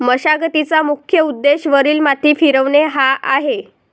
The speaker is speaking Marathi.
मशागतीचा मुख्य उद्देश वरील माती फिरवणे हा आहे